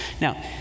Now